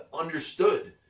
understood